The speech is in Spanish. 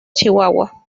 chihuahua